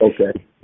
okay